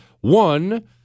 One